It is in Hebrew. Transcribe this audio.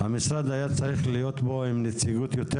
שהמשרד היה צריך להיות פה עם נציגות יותר